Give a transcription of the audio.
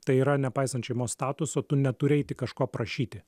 tai yra nepaisant šeimos statuso tu neturi eiti kažko prašyti